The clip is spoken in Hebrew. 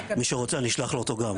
מי שרוצה אני אשלח לו אותו גם,